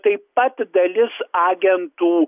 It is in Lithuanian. taip pat dalis agentų